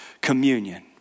communion